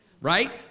Right